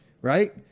Right